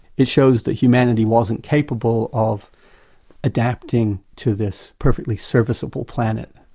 it shows that humanity wasn't capable of adapting to this perfectly serviceable planet